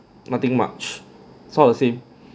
nothing much it's all the same